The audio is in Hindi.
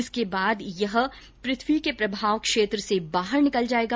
इसके बाद यह पृथ्वी के प्रभाव क्षेत्र से बाहर निकल जायेगा